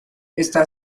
está